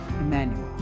Emmanuel